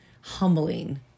humbling